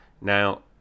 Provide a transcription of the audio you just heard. Now